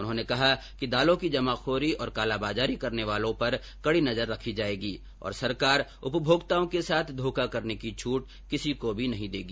उन्होंने कहा कि दालों की जमाखोरी और कालाबाजारी करने वाले लोगों पर कड़ी नजर रखी जायेगी और सरकार उपभोक्ताओं के साथ धोखा करने की छूट किसी को भी नहीं देगी